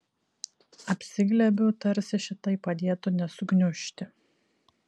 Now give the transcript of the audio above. apsiglėbiu tarsi šitai padėtų nesugniužti